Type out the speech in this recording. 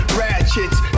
ratchets